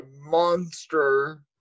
monster